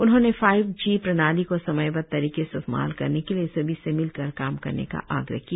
उन्होंने five G प्रणाली को समयबद्ध तरीके से हासिल करने के लिए सभी से मिलकर काम करने का आग्रह किया